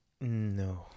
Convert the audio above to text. no